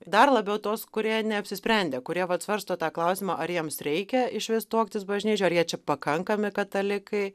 dar labiau tuos kurie neapsisprendę kurie vat svarsto tą klausimą ar jiems reikia išvis tuoktis bažnyčioj ar jie čia pakankami katalikai